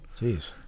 Jeez